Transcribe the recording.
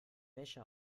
wäsche